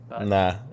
Nah